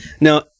Now